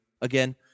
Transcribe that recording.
again